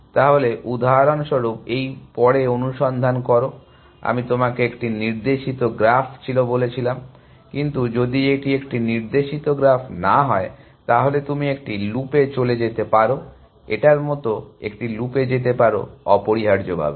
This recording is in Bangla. তাহলে উদাহরণস্বরূপ এই পরে অনুসন্ধান করো আমি তোমাকে একটি নির্দেশিত গ্রাফ ছিল বলেছিলাম কিন্তু যদি এটি একটি নির্দেশিত গ্রাফ না হয় তাহলে তুমি একটি লুপে চলে যেতে পারো এটার মত একটি লুপে যেতে পারো অপরিহার্যভাবে